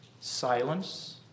silence